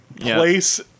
place